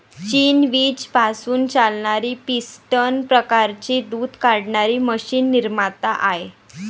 चीन वीज पासून चालणारी पिस्टन प्रकारची दूध काढणारी मशीन निर्माता आहे